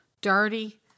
dirty